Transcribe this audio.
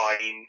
fine